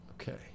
Okay